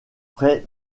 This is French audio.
près